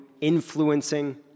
influencing